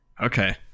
Okay